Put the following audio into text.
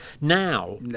Now